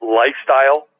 lifestyle